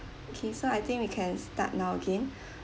okay so I think we can start now again